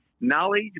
Knowledge